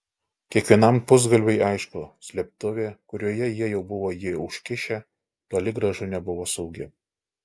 kiekvienam pusgalviui aišku slėptuvė kurioje jie jau buvo jį užkišę toli gražu nebuvo saugi